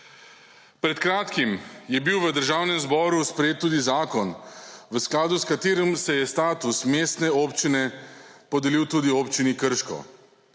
Pred kratkim je bil v Državnem zboru sprejet tudi zakon v skladu se je status mestne občine podelil tudi Občini Krško.